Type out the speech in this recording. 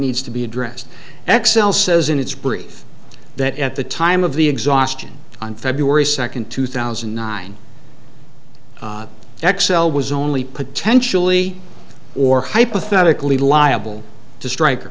needs to be addressed xcel says in its brief that at the time of the exhaustion on february second two thousand and nine xcel was only potentially or hypothetically liable to strike